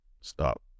stop